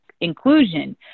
inclusion